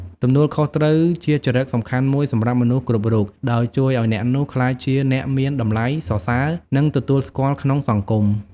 ទំនួលខុសត្រូវជាចរិតសំខាន់មួយសម្រាប់មនុស្សគ្រប់រូប ដោយជួយឲ្យអ្នកនោះក្លាយជាអ្នកមានតម្លៃ សរសើរ និងទទួលស្គាល់ក្នុងសង្គម។